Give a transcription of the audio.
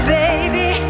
baby